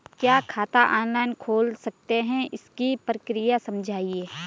क्या खाता ऑनलाइन खोल सकते हैं इसकी प्रक्रिया समझाइए?